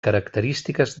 característiques